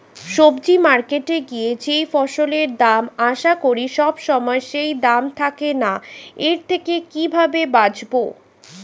সবজি মার্কেটে গিয়ে যেই ফসলের দাম আশা করি সবসময় সেই দাম থাকে না এর থেকে কিভাবে বাঁচাবো?